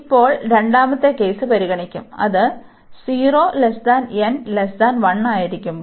ഇപ്പോൾ രണ്ടാമത്തെ കേസ് പരിഗണിക്കും അത് 0 n 1 ആയിരിക്കുമ്പോൾ